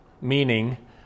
meaning